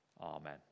Amen